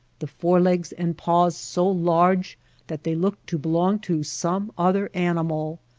the forelegs and paws so large that they look to belong to some other an imal.